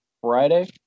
Friday